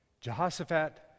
Jehoshaphat